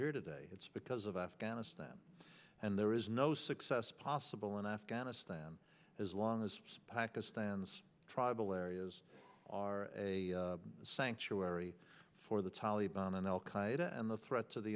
here today it's because of afghanistan and there is no success possible in afghanistan as long as pakistan's tribal areas are a sanctuary for the taliban and al qaeda and the threat to the